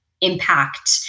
impact